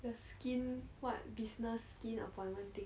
the skin what business skin apologetic